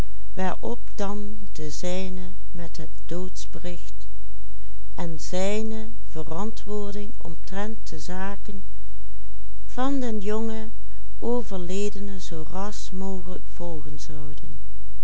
de zaken van den jongen overledene zoo ras mogelijk